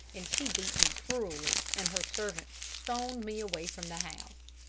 and she beat me cruelly, and her servants stoned me away from the house.